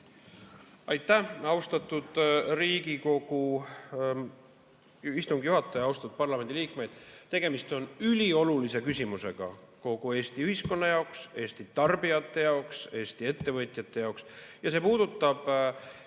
Aitäh, austatud Riigikogu istungi juhataja! Austatud parlamendiliikmed! Tegemist on üliolulise küsimusega kogu Eesti ühiskonna jaoks, Eesti tarbijate jaoks, Eesti ettevõtjate jaoks. See puudutab